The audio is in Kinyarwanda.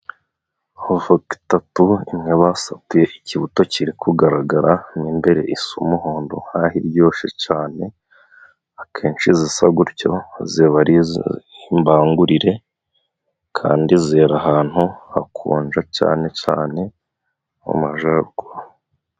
Avoka eshatu, imwe basatuye ikibuto kiri kugaragara, mo imbere isa umuhondo nk'aho iryoshye cyane, akenshi izisa gutyo ziba ari imbangurire, kandi zera ahantu hakonja, cyane cyane mu Majyaruguru.